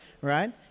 right